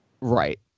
Right